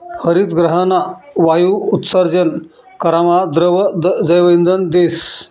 हरितगृहना वायु उत्सर्जन करामा द्रव जैवइंधन देस